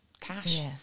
cash